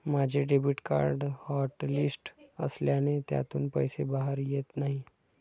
माझे debit card hotlist असल्याने त्यातून पैसे बाहेर येत नाही